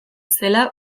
zela